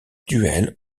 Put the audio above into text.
duels